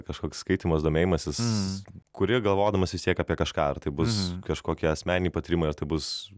kažkoks skaitymas domėjimasis kuri galvodamasvis tiek apie kažką ar tai bus kažkokie asmeniniai patyrimai ar tai bus